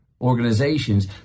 Organizations